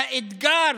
שהאתגר